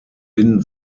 binden